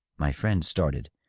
my friend started.